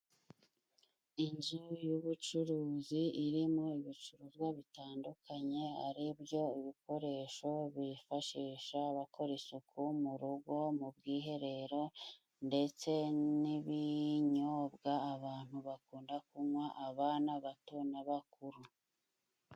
Inzu y'ubucuruzi irimo ibicuruzwa bitandukanye ari byo ibikoresho bifashisha bakora isuku murugo, mu bwiherero ndetse n'ibinyobwa abantu bakunda kunywa, abana bato n'abakuru.